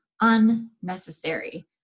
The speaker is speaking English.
unnecessary